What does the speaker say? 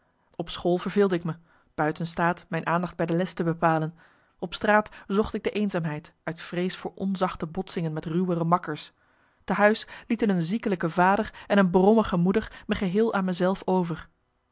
op school verveelde ik me buiten staat mijn aandacht bij de les te bepalen op straat zocht ik de eenzaamheid uit vrees voor onzachte botsingen met ruwere makkers te huis lieten een ziekelijke vader en een brommige moeder me geheel aan me zelf over